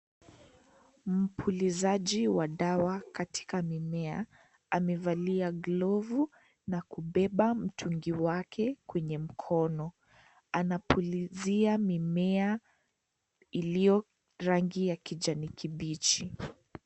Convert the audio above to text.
Mpulizaji wa dawa katika mimea amevalia glovu na kubeba mtungi wake kwenye mkono anapulizia mimea iliyo rangi ya kijani kibichi.